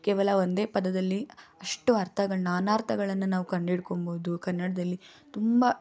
ಕೇವಲ ಒಂದೇ ಪದದಲ್ಲಿ ಅಷ್ಟು ಅರ್ಥಗಳನ್ನ ಅನರ್ಥಗಳನ್ನು ನಾವು ಕಂಡು ಹಿಡ್ಕೊಳ್ಬೋದು ಕನ್ನಡದಲ್ಲಿ ತುಂಬ